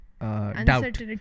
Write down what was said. doubt